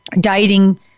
dieting